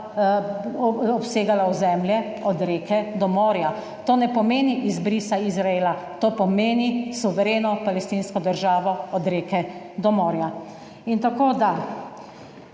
obsegala ozemlje od reke do morja. To ne pomeni izbrisa Izraela, to pomeni suvereno palestinsko državo od reke do morja. Čas je